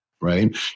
Right